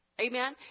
amen